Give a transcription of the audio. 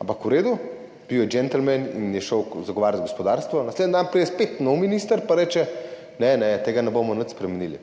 ampak v redu, bil je džentelmen in je zagovarjal gospodarstvo. Naslednji dan pride spet nov minister in reče, ne, ne, tega ne bomo nič spremenili.